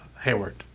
Hayward